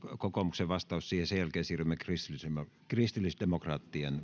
kokoomuksen vastaus siihen sen jälkeen siirrymme kristillisdemokraattien